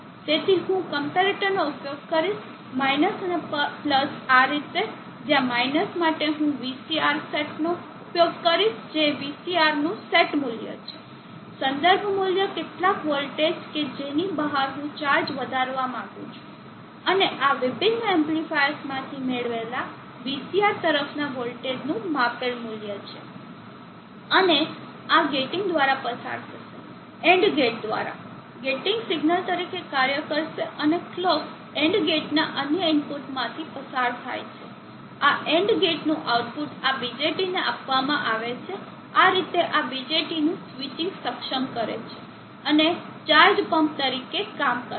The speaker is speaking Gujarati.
તેથી હું ક્મ્પેરેટનો ઉપયોગ કરીશ માઈનસ અને પલ્સ આ રીતે જ્યાં માઈનસ માટે હું VCRSet નો ઉપયોગ કરીશ જે VCR નું સેટ મૂલ્ય છે સંદર્ભ મૂલ્ય કેટલાક વોલ્ટેજ કે જેની બહાર હું ચાર્જ વધારવા માંગું છું અને આ વિભિન્ન એમ્પ્લીફાયર્સમાંથી મેળવેલા VCR તરફના વોલ્ટેજનું માપેલ મૂલ્ય છે અને આ ગેટિંગ દ્વારા પસાર થશે AND ગેટ દ્વારા ગેટિંગ સિગ્નલ તરીકે કાર્ય કરશે અને કલોક AND ગેટના અન્ય ઇનપુટમાંથી પસાર થાય છે આ AND ગેટનું આઉટપુટ આ BJT ને આપવામાં આવે છે આ રીતે આ BJT નું સ્વિચિંગ સક્ષમ કરે છે અને ચાર્જ પમ્પ તરીકે કામ કરે છે